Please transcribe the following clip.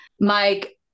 Mike